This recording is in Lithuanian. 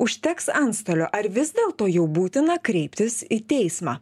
užteks antstolio ar vis dėlto jau būtina kreiptis į teismą